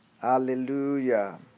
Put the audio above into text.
Hallelujah